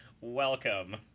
Welcome